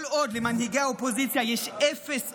כל עוד למנהיגי האופוזיציה יש אפס אומץ,